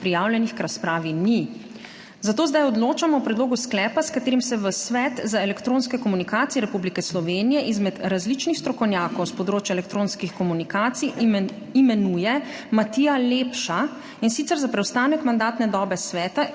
Prijavljenih k razpravi ni. Zato zdaj odločamo o predlogu sklepa, s katerim se v Svet za elektronske komunikacije Republike Slovenije izmed različnih strokovnjakov s področja elektronskih komunikacij imenuje Matija Lepša, in sicer za preostanek mandatne dobe sveta,